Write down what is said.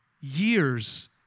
years